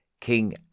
King